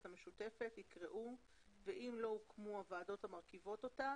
המשותפת" יקראו "ואם לא הוקמו הוועדות המרכיבות אותה